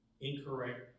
incorrect